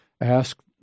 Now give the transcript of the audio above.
Ask